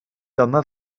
dyma